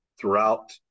throughout